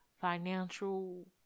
financial